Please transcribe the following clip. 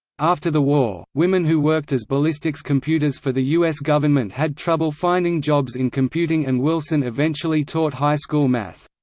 after the war, women who worked as ballistics computers for the u s. government had trouble finding jobs in computing and wilson eventually taught high school math.